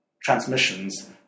transmissions